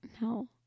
No